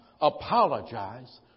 apologize